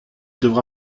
devra